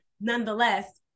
nonetheless